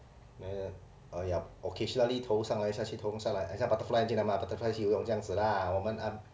uh oh ya occasionally 头上来下去头上来很像 butterfly 这样 butterflies 游泳这样子啦我们